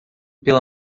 pela